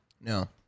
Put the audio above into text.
No